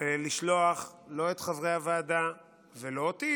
לשלוח לא את חברי הוועדה ולא אותי,